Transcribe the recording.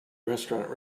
restaurant